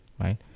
right